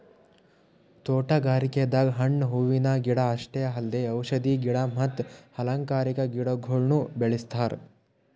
ತೋಟಗಾರಿಕೆದಾಗ್ ಹಣ್ಣ್ ಹೂವಿನ ಗಿಡ ಅಷ್ಟೇ ಅಲ್ದೆ ಔಷಧಿ ಗಿಡ ಮತ್ತ್ ಅಲಂಕಾರಿಕಾ ಗಿಡಗೊಳ್ನು ಬೆಳೆಸ್ತಾರ್